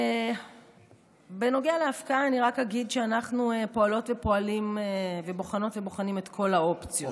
אני רק אגיד שאנחנו פועלות ופועלים ובוחנות ובוחנים את כל האופציות.